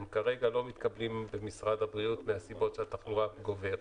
הם כרגע לא מתקבלים במשרד הבריאות מהסיבות שהתחלואה גוברת